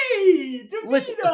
listen